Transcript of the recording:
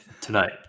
Tonight